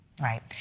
Right